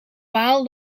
waal